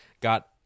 got